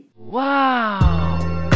Wow